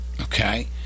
Okay